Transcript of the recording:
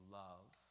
love